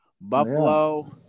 Buffalo